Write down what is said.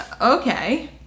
Okay